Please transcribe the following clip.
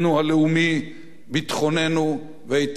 ביטחוננו ואיתנותנו הדמוגרפית.